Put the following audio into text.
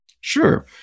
Sure